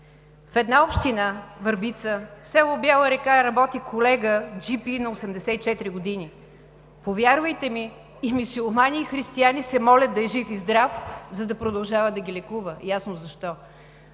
В една община Върбица, в село Бяла река работи колега джипи на 84 години. Повярвайте ми, и мюсюлмани, и християни се молят да е жив и здрав, за да продължава да ги лекува – ясно е защо.